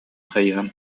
хайыһан